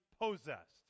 possessed